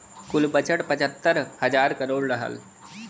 कुल बजट पचहत्तर हज़ार करोड़ रहल